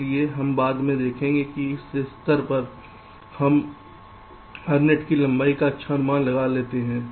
इसलिए हम बाद में देखेंगे कि इस स्तर पर हम हर नेट की लंबाई का अच्छा अनुमान लगा सकते हैं